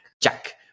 Jack